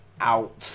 out